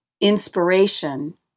inspiration